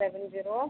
seven zero